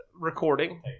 recording